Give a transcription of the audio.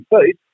feet